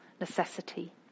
necessity